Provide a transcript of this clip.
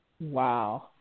Wow